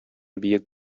биек